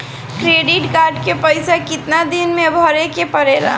Credit card के पइसा कितना दिन में भरे के पड़ेला?